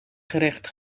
gerecht